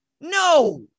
No